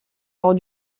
lors